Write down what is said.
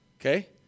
Okay